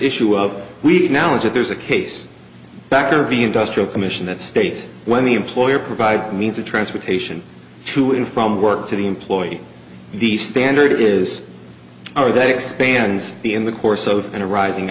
issue of we now as if there's a case back or be industrial commission that states when the employer provides means of transportation to and from work to the employee the standard it is or that expands the in the course of an arising